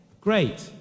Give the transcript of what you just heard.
Great